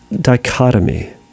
dichotomy